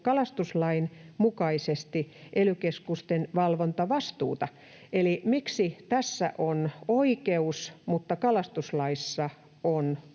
kalastuslain mukaisesti ely-keskusten valvontavastuuta. Eli miksi tässä on oikeus, mutta kalastuslaissa on